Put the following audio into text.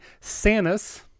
Sanus